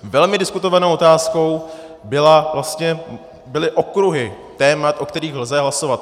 Velmi diskutovanou otázkou byly vlastně okruhy témat, o kterých lze hlasovat.